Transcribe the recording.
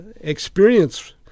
experience